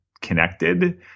connected